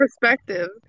perspective